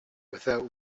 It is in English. without